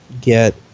get